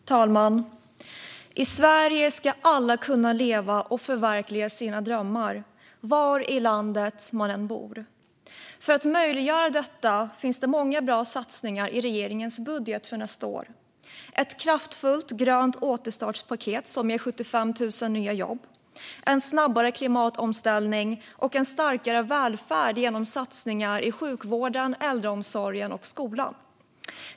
Fru talman! I Sverige ska alla kunna leva och förverkliga sina drömmar, oavsett var i landet man bor. För att möjliggöra detta finns det i regeringens budget för nästa år många bra satsningar, bland annat på ett kraftfullt grönt återstartspaket som ger 75 000 nya jobb, en snabbare klimatomställning och en starkare välfärd genom satsningar på sjukvården, äldreomsorgen och skolan.